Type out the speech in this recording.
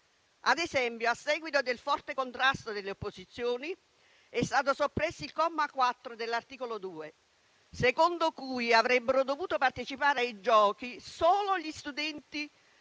Ad esempio, a seguito del forte contrasto delle opposizioni, è stato soppresso il comma 4 dell'articolo 2, secondo cui avrebbero dovuto partecipare ai Giochi solo gli studenti